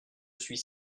suis